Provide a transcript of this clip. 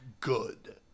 good